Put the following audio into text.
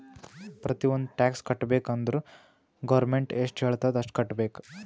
ಪ್ರತಿ ಒಂದ್ ಟ್ಯಾಕ್ಸ್ ಕಟ್ಟಬೇಕ್ ಅಂದುರ್ ಗೌರ್ಮೆಂಟ್ ಎಷ್ಟ ಹೆಳ್ತುದ್ ಅಷ್ಟು ಕಟ್ಟಬೇಕ್